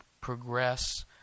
progress